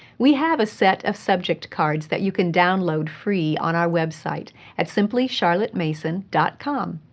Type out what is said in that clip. we have a set of subject cards that you can download free on our website at simply charlotte mason dot com.